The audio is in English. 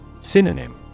Synonym